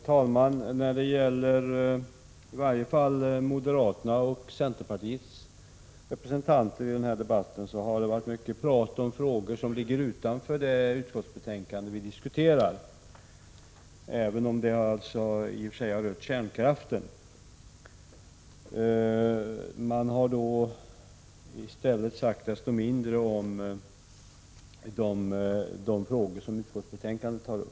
Herr talman! I varje fall moderaternas och centerpartiets representanter i debatten har talat mycket om frågor som ligger utanför det utskottsbetänkande vi nu behandlar, även om de i och för sig har rört kärnkraften. I gengäld har de sagt desto mindre om de frågor som utskottsbetänkandet tar upp.